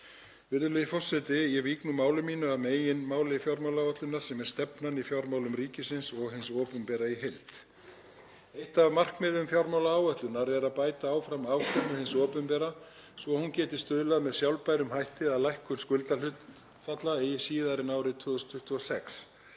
Virðulegur forseti. Ég vík nú máli mínu að meginmáli fjármálaá¬ætlunar sem er stefnan í fjármálum ríkisins og hins opinbera í heild. Eitt af markmiðum fjármálaáætlunarinnar er að bæta áfram afkomu hins opinbera svo hún geti stuðlað með sjálfbærum hætti að lækkun skuldahlutfalla eigi síðar en árið 2026.